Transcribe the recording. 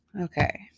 Okay